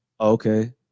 okay